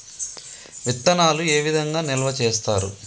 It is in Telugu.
విత్తనాలు ఏ విధంగా నిల్వ చేస్తారు?